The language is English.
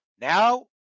Now